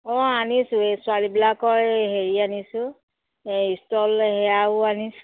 অ' আনিছো এই ছোৱালীবিলাকৰ এই হেৰি আনিছো এই ষ্টল সেয়াও আনিছো